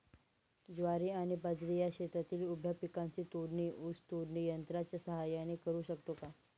ज्वारी आणि बाजरी या शेतातील उभ्या पिकांची तोडणी ऊस तोडणी यंत्राच्या सहाय्याने करु शकतो का?